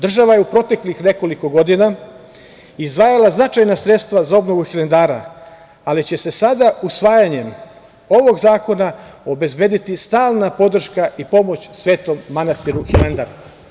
Država je u proteklih nekoliko godina izdvajala značajna sredstva za obnovu Hilandara, ali će se sada usvajanjem ovog zakona obezbediti stalna podrška i pomoć Svetom manastiru Hilandar.